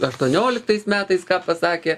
aštuonioliktais metais ką pasakė